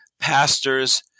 pastors